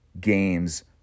games